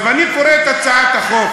עכשיו אני קורא את הצעת החוק,